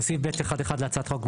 בסעיף (ב1)(1) להצעת החוק,